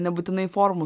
nebūtinai formų